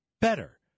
better